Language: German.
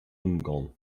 ungarn